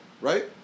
right